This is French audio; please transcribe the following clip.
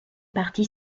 parti